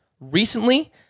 recently